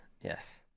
yes